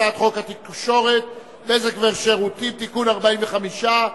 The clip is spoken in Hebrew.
הצעת חוק התקשורת (בזק ושירותים) (תיקון מס' 45),